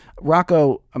Rocco